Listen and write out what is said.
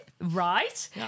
Right